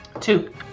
two